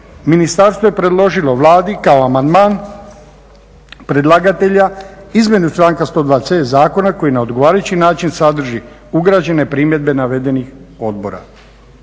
ministarstvo je predložilo Vladi kao amandman predlagatelja izmjenu članka 102.c zakona koji na odgovarajući način sadrži ugrađene primjedbe navedenih odbora.